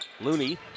Looney